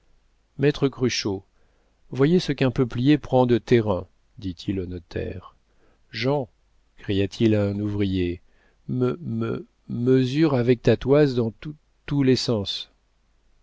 maître cruchot voyez ce qu'un peuplier prend de terrain dit-il au notaire jean cria-t-il à un ouvrier me me mesure avec ta toise dans tou tou tous les sens